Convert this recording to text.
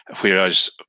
Whereas